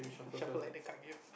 shuffle like the card game